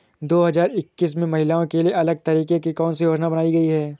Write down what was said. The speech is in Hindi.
दो हजार इक्कीस में महिलाओं के लिए अलग तरह की कौन सी योजना बनाई गई है?